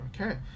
Okay